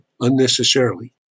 unnecessarily